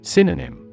Synonym